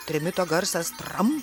trimito garsas tram